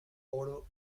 oro